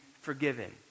forgiven